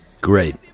Great